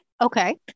Okay